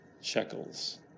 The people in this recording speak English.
shekels